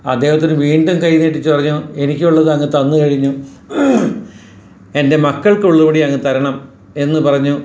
അദ്ധേഹത്തിന് വീണ്ടും കൈ നീട്ടിയിട്ട് പറഞ്ഞു എനിക്കുള്ളത് അങ്ങ് തന്ന് കഴിഞ്ഞു എൻ്റെ മക്കൾക്കുള്ളതെങ്കിലും അങ്ങ് തരണം എന്ന് പറഞ്ഞ്